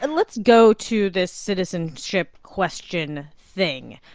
and let's go to this citizenship question thing.